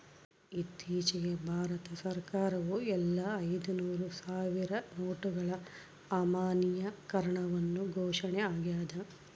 ಇತ್ತೀಚಿಗೆ ಭಾರತ ಸರ್ಕಾರವು ಎಲ್ಲಾ ಐದುನೂರು ಸಾವಿರ ನೋಟುಗಳ ಅಮಾನ್ಯೀಕರಣವನ್ನು ಘೋಷಣೆ ಆಗ್ಯಾದ